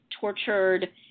tortured